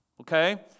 Okay